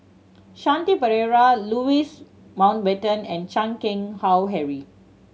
Shanti Pereira Louis Mountbatten and Chan Keng Howe Harry